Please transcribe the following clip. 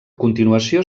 continuació